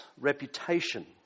reputation